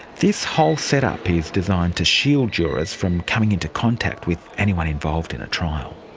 this whole setup is designed to shield jurors from coming into contact with anyone involved in a trial.